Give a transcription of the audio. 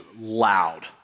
loud